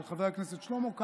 של חבר הכנסת צבי האוזר,